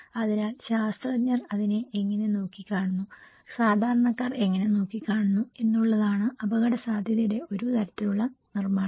അതിനാൽ ശാസ്ത്രജ്ഞർ അതിനെ എങ്ങനെ നോക്കിക്കാണുന്നു സാധാരണക്കാർ എങ്ങനെ നോക്കുന്നു എന്നുള്ളതാണ് അപകടസാധ്യതയുടെ ഒരു തരത്തിലുള്ള നിർമ്മാണം